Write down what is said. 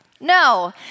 No